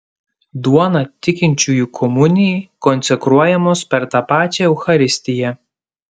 duona tikinčiųjų komunijai konsekruojamos per tą pačią eucharistiją